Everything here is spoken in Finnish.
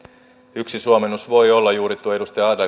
yksi suomennos voi olla juuri tuo edustaja